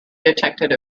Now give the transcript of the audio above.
detected